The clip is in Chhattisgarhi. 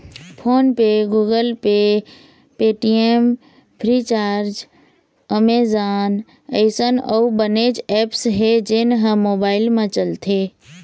फोन पे, Google pay, Paytm, Freecharge, Amazon अइसन अउ बनेच ऐप्स हे जेन ह मोबाईल म चलथे